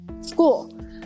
school